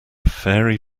fairy